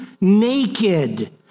naked